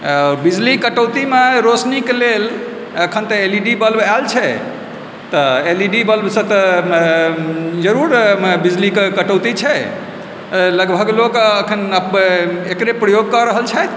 बिजली कटौतीमे रौशनीके लेल एखन तऽ एल ई डी बल्ब आयल छै तऽ एल ई डी बल्ब सँ तऽ जरूर बिजलीके कटौती छै लगभग लोग एखन आब एकरे प्रयोग कऽ रहल छथि